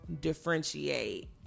differentiate